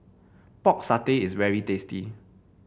Pork Satay is very tasty